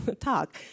talk